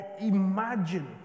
imagine